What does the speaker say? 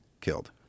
killed